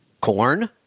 Corn